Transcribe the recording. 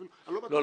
לא,